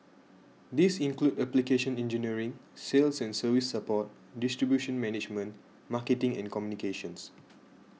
these include application engineering sales and service support distribution management marketing and communications